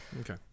Okay